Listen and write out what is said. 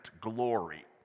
glory